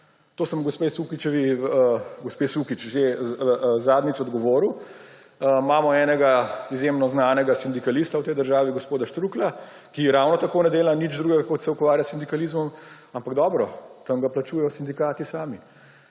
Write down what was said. To sem gospe Sukič že zadnjič odgovoril. Imamo enega izjemno znanega sindikalista v tej državi, gospoda Štruklja, ki ravno tako ne dela nič drugega, kot da se ukvarja s sindikalizmom, ampak dobro, tam ga plačujejo sindikati sami.